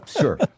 Sure